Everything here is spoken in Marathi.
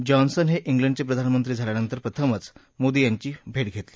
जॉन्सन यानी उलंडचप्रिधानमंत्री झाल्यानंतर प्रथमच मोदी यांची भट घरतली